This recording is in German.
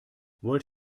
wollt